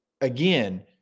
again